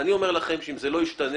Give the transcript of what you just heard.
אני אומר לכם שאם זה לא ישתנה,